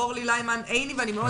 אורלי ליימן עיני ממשרד האוצר.